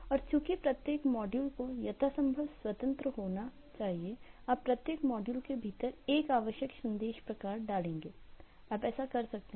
और चूंकि प्रत्येक मॉड्यूल को यथासंभव स्वतंत्र होना चाहिएआप प्रत्येक मॉड्यूल के भीतर आवश्यक संदेश प्रकार डालेंगे आप ऐसा कर सकते हैं